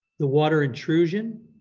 the water intrusion,